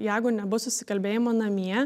jeigu nebus susikalbėjimo namie